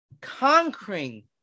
Conquering